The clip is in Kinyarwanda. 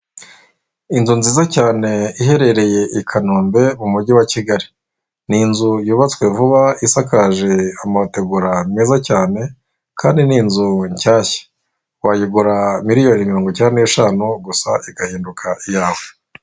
Inzu nziza cyane iherereye i Kanombe mu mujyi wa Kigali. Ni inzu yubatswe vuba isakaje amategura meza cyane kandi ni inzu nshyashya. Wagura miliyoni mirongo icyenda n'eshanu gusa igahinduka iyawe.